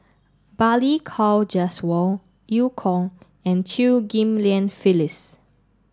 Balli Kaur Jaswal Eu Kong and Chew Ghim Lian Phyllis